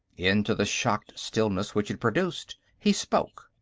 into the shocked stillness which it produced, he spoke,